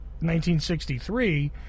1963